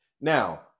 Now